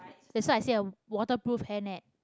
that's why I say a waterproof hairnet